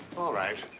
all right.